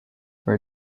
for